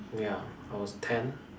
ya I was ten